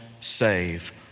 save